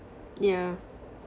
yeah